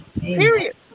Period